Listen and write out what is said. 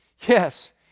yes